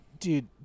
Dude